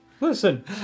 listen